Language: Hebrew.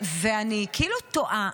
ואני תוהה,